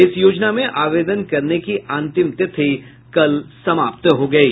इस योजना में आवेदन करने की अंतिम तिथि कल समाप्त हो गयी